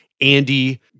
Andy